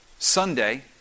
Sunday